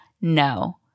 no